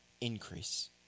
increase